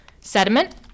sediment